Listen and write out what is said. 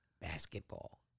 basketball